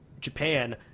Japan